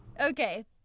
Okay